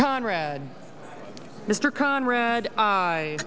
conrad mr conrad i